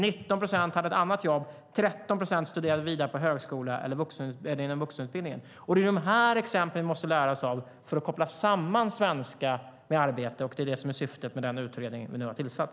19 procent hade ett annat jobb. 13 procent studerade vidare på högskola eller inom vuxenutbildningen. Det är de här exemplen vi måste lära oss av för att koppla samman svenska med arbete, och det är det som är syftet med den utredning som vi nu har tillsatt.